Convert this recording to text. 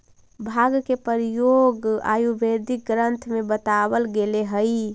भाँग के प्रयोग आयुर्वेदिक ग्रन्थ में बतावल गेलेऽ हई